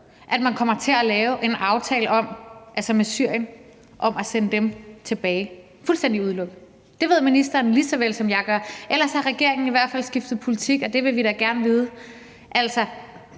at man kommer til at lave en aftale med Syrien om at sende dem tilbage. Det er fuldstændig udelukket. Det ved ministeren lige så vel, som jeg gør. Ellers har regeringen i hvert fald skiftet politik, og det vil vi da gerne vide.